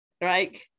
right